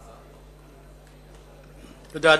תודה,